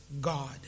God